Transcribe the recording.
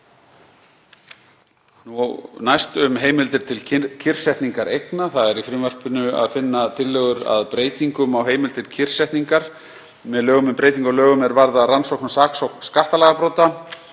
Næst um heimildir til kyrrsetningar eigna. Í frumvarpinu er að finna tillögur að breytingum á heimild til kyrrsetningar eigna. Með lögum um breytingu á lögum er varða rannsókn og saksókn skattalagabrota